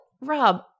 Rob